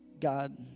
God